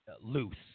loose